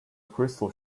crystal